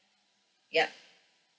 ya